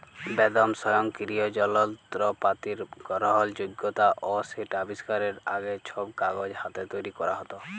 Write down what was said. বেদম স্বয়ংকিরিয় জলত্রপাতির গরহলযগ্যতা অ সেট আবিষ্কারের আগে, ছব কাগজ হাতে তৈরি ক্যরা হ্যত